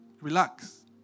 Relax